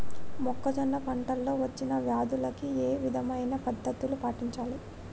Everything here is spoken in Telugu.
మొక్కజొన్న పంట లో వచ్చిన వ్యాధులకి ఏ విధమైన పద్ధతులు పాటించాలి?